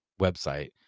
website